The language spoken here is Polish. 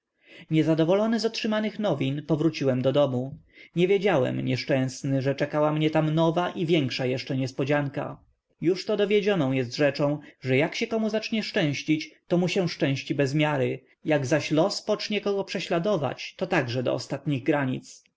z otrzymanych nowin powróciłem do domu nie wiedziałem nieszczęsny że czekała mnie tam nowa i większa jeszcze niespodzianka już to dowiedzioną jest rzeczą że jak się komu zacznie szczęścić to mu się szczęści bez miary jak zaś los pocznie kogo prześladować to także do ostatnich granic